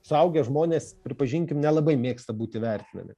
suaugę žmonės pripažinkim nelabai mėgsta būti vertinami